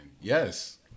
yes